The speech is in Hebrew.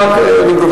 אני מקווה